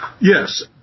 Yes